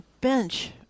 bench